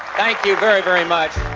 thank you very, very much.